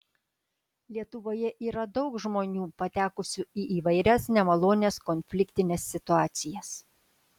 lietuvoje yra daug žmonių patekusių į įvairias nemalonias konfliktines situacijas